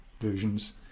versions